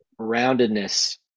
roundedness